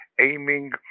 aiming